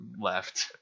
left